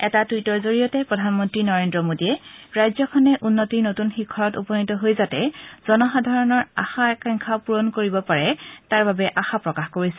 এটা টুইটৰ জৰিয়তে প্ৰধানমন্ত্ৰী নৰেন্দ্ৰ মোদীয়ে ৰাজ্যখন উন্নতিৰ নতুন শিখৰত উপনীত হৈ জনসাধাৰণৰ আশা আকাংক্ষা পূৰণ কৰাৰ বাবে প্ৰাৰ্থনা জনাইছে